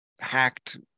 hacked